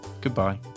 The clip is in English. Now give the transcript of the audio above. Goodbye